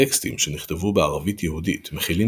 טקסטים שנכתבו בערבית יהודית מכילים